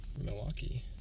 Milwaukee